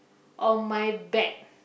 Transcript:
on my back